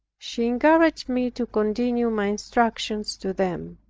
she encouraged me to continue my instructions to them.